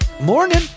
Morning